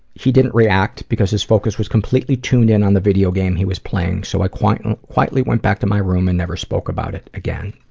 he didn't react because his focus was completely tuned in on the video game he was playing, so i quietly quietly went back to my room and never spoke about it again.